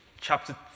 chapter